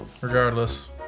regardless